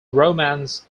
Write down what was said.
romance